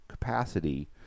Capacity